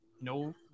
No